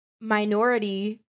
minority